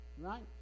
right